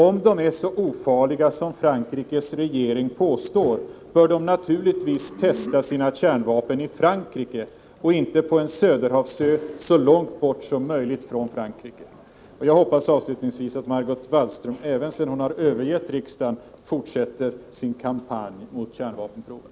Om de är så ofarliga som Frankrikes regering påstår, bör kärnvapnen naturligtvis testas i Frankrike och inte på en Söderhavsö så långt bort från Frankrike som möjligt. Jag hoppas avslutningsvis att Margot Wallström även sedan hon lämnat riksdagen fortsätter sin kampanj mot kärnvapenproven.